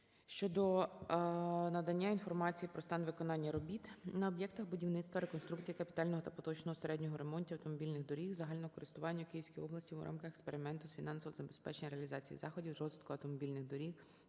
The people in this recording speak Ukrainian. щодо надання інформації про стан виконання робіт на об'єктах будівництва, реконструкції, капітального та поточного середнього ремонтів автомобільних доріг загального користування у Київській області в рамках експерименту з фінансового забезпечення реалізації заходів з розвитку автомобільних доріг